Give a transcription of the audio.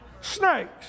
snakes